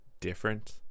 different